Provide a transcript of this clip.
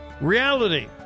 reality